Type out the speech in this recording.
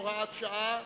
הוראת שעה),